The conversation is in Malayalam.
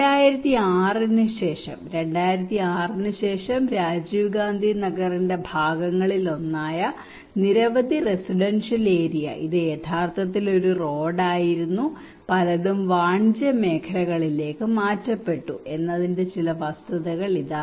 2006 ന് ശേഷം 2006 ന് ശേഷം രാജീവ് ഗാന്ധി നഗറിന്റെ ഭാഗങ്ങളിൽ ഒന്നായ നിരവധി റെസിഡൻഷ്യൽ ഏരിയ ഇത് യഥാർത്ഥത്തിൽ ഒരു റോഡായിരുന്നു പലതും വാണിജ്യ മേഖലകളിലേക്ക് മാറ്റപ്പെട്ടു എന്നതിന്റെ ചില വസ്തുതകൾ ഇതാ